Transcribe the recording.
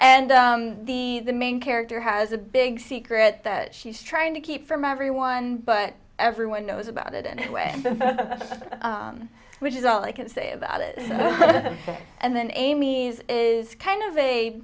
and the main character has a big secret that she's trying to keep from everyone but everyone knows about it anyway which is all i can say about it for them and then amy is kind of a